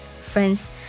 Friends